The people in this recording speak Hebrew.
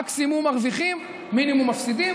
מקסימום מרוויחים, מינימום מפסידים.